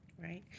right